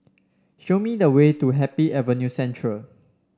show me the way to Happy Avenue Central